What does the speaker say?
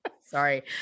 Sorry